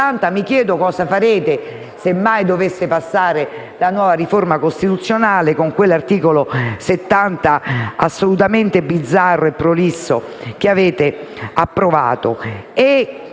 Mi chiedo cosa farete, se mai dovesse passare la riforma costituzionale, con quel nuovo articolo 70, assolutamente bizzarro e prolisso, che avete approvato.